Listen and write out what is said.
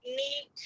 need